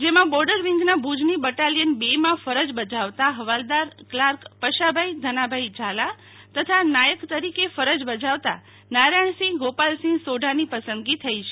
જેમાં બોર્ડર વિંગના ભુજની બટાલિયન ર માં ફરજ બજાવતા હવાલદાર ક્લાર્ક પશાભાઇ ધનાભાઇ ઝાલા તથા નાયક તરીકે ફરજ બજાવતા નારાયણ સિંહ ગોપાલ સિંહ સોઢાની પસંદગી થઇ છે